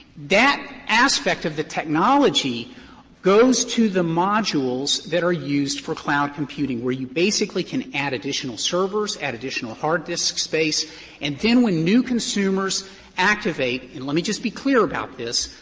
that aspect of the technology goes to the modules that are used for cloud computing where you basically can add additional servers, add additional hard disk space and then when new consumers activate and let me just be clear about this,